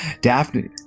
daphne